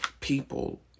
people